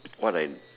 what I